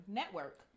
network